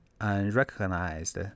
unrecognized